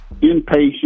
inpatient